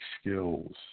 skills